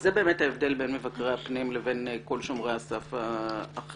וזה באמת ההבדל בין מבקרי הפנים לבין כל שומרי הסף האחרים.